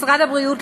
משרד הבריאות,